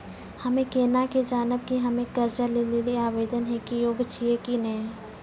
हम्मे केना के जानबै कि हम्मे कर्जा लै लेली आवेदन दै के योग्य छियै कि नै?